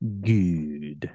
Good